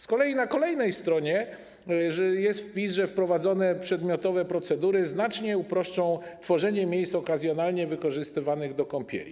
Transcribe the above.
Z kolei na kolejnej stronie jest wpis o tym, że wprowadzenie przedmiotowej procedury znacznie uprości tworzenie miejsc okazjonalnie wykorzystywanych do kąpieli.